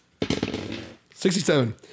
67